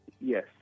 Yes